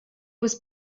was